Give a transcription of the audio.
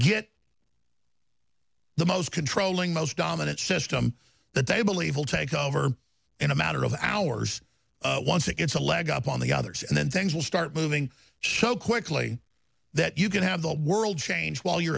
get the most controlling most dominant system that they believe will take over in a matter of hours once it gets a leg up on the others and then things will start moving so quickly that you can have the world change while you're